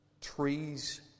Trees